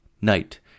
Knight